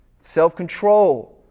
self-control